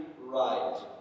right